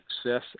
success